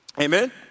Amen